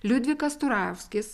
liudvikas turavskis